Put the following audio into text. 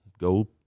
go